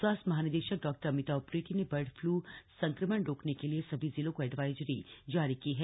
स्वास्थ्य महानिदेशक डॉ अमिता उप्रेती ने बर्ड फ्लू संक्रमण रोकने के लिए सभी जिलों को एडवाइजरी जारी की है